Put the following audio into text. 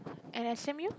and S_M_U